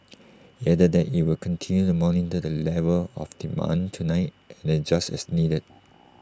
IT added that IT will continue to monitor the level of demand tonight and adjust as needed